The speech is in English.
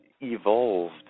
evolved